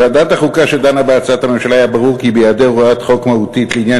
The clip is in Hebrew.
לוועדת החוקה שדנה בהצעת הממשלה היה ברור כי היעדר הוראת חוק מהותית לעניין